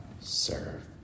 served